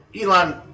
Elon